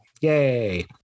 Yay